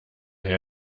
her